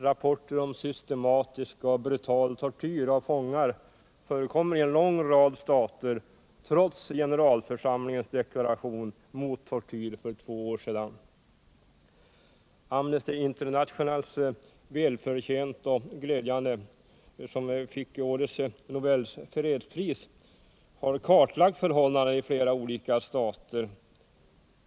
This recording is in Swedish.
Rapporter inkommer om systematisk och brutal tortyr av fångar i en lång rad stater trots generalförsamlingens deklaration mot tortyr för två år sedan. Amnesty International, som välförtjänt och glädjande fick Nobels fredspris i år, har kartlagt förhållandena i flera olika stater.